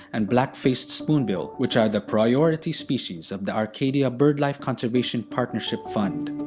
and black-faced spoonbill which are the priority species of the arcadia birdlife conservation partnership fund.